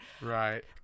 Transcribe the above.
right